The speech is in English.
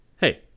hey